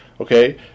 okay